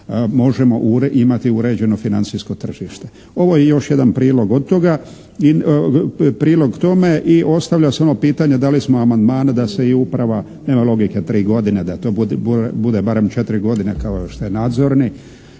možemo imati uređeno financijsko tržište. Ovo je još jedan prilog od toga, prilog tome i ostavlja se ono pitanje dali smo i amandmane da se i uprava, nema logike tri godine da to bude barem četiri godine kao što je nadzorni.